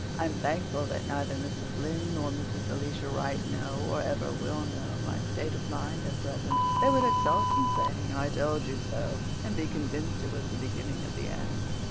i'm thankful that neither mrs. lynde nor mrs. elisha wright know, or ever will know, my state of mind at present. they would exult in saying i told you so and be convinced it was the beginning of the end.